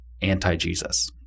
anti-Jesus